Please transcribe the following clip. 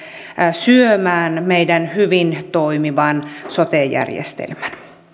syömään meidän hyvin toimivan sote järjestelmämme